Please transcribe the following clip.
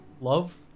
Love